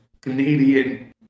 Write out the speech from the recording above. Canadian